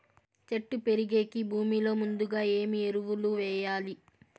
చెట్టు పెరిగేకి భూమిలో ముందుగా ఏమి ఎరువులు వేయాలి?